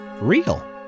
real